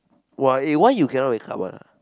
why you cannot wake up one